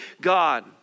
God